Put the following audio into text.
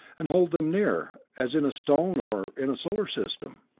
and hold them near as in a stone, or in a solar system.